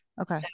Okay